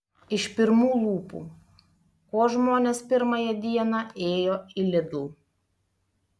iš pirmų lūpų ko žmonės pirmąją dieną ėjo į lidl